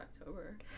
October